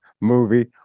movie